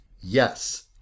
yes